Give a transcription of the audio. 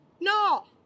no